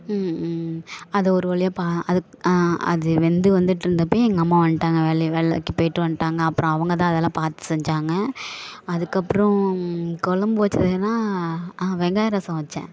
அது ஒரு வழியா ப அது வெந்து வந்துட்டுருந்தப்பையே எங்க அம்மா வந்துட்டாங்க வேலை வேலைக்கு போயிவிட்டு வந்துட்டாங்க அப்புறம் அவங்க தான் அதெல்லாம் பார்த்து செஞ்சாங்க அதுக்கப்புறம் குலம்பு வச்சதுன்னா வெங்காய ரசம் வச்சேன்